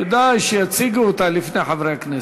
כדאי שיציגו אותה לפני חברי הכנסת.